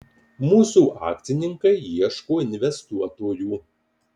mūsų akcininkai ieško investuotojų